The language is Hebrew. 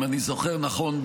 אם אני זוכר נכון,